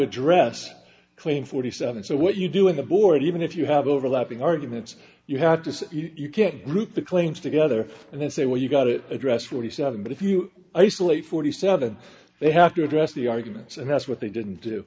address clean forty seven so what you do in the board even if you have overlapping arguments you have to say you can't group the claims together and then say well you got it address forty seven but if you isolate forty seven they have to address the arguments and that's what they didn't do